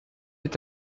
est